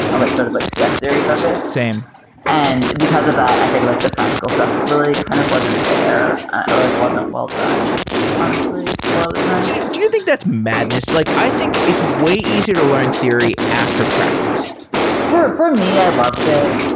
i'm like sort of like so yeah focused same and because of that, i think like the practical stuff really kind of wasn't there or like wasn't well done honestly a lot of the times. do you think that's madness? like i think it's way easier to learn theory after practice for for me, i loved it.